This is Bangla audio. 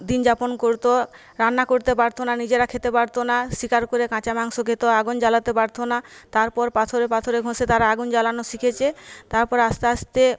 দিন যাপন করত রান্না করতে পারত না নিজেরা খেতে পারত না শিকার করে কাঁচা মাংস খেত আগুন জ্বালাতে পারত না তারপর পাথরে পাথরে ঘষে তারা আগুন জ্বালানো শিখেছে তার পরে আস্তে আস্তে